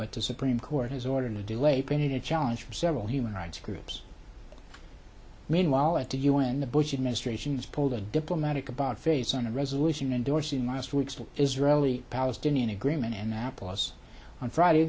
but the supreme court has ordered the delay pending a challenge for several human rights groups meanwhile at the u n the bush administration has pulled a diplomatic about face on a resolution endorsing last week's israeli palestinian agreement and apple us on friday